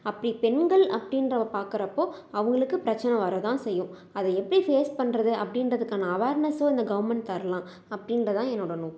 அப்படி பெண்கள் அப்படின்ற பார்க்குறப்போ அவங்களுக்கு பிரச்சனை வர தான் செய்யும் அதை எப்படி பேஸ் பண்ணுறது அப்படின்றதுக்கான அவார்னஸ் இந்த கவர்மெண்ட் தரலாம் அப்படின்றது தான் என்னோடய நோக்கம்